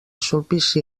sulpici